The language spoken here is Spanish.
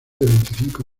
veinticinco